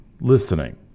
Listening